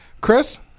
Chris